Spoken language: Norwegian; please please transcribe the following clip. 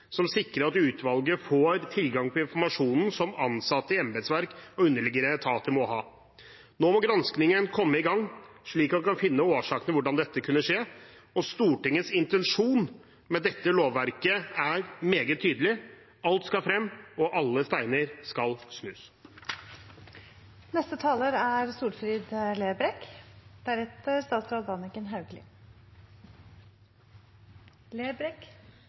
som sikrer at utvalget får tilgang til informasjonen som ansatte i embetsverk i underliggende etater må ha. Nå må granskningen komme i gang, slik at vi kan finne årsakene til hvordan dette kunne skje. Stortingets intensjon med dette lovverket er meget tydelig: Alt skal frem, og alle steiner skal snus. Eg skal vera ganske kort. Eg vil berre seia at det i denne granskinga er